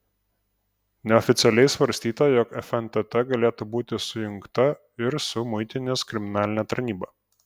neoficialiai svarstyta jog fntt galėtų būti sujungta ir su muitinės kriminaline tarnyba